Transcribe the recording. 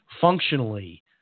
functionally